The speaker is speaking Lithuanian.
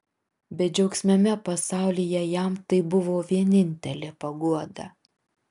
bedžiaugsmiame pasaulyje jam tai buvo vienintelė paguoda